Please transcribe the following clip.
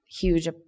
huge